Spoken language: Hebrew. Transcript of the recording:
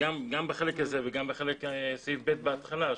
גם בחלק הזה וגם בסעיף ב בהתחלה,